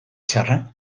txarra